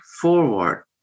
forward